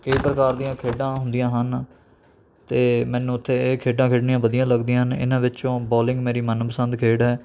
ਕਈ ਪ੍ਰਕਾਰ ਦੀਆਂ ਖੇਡਾਂ ਹੁੰਦੀਆਂ ਹਨ ਅਤੇ ਮੈਨੂੰ ਉੱਥੇ ਇਹ ਖੇਡਾਂ ਖੇਡਣੀਆਂ ਵਧੀਆ ਲੱਗਦੀਆਂ ਹਨ ਇਹਨਾਂ ਵਿੱਚੋਂ ਬਾਲਿੰਗ ਮੇਰੀ ਮਨਪਸੰਦ ਖੇਡ ਹੈ